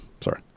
sorry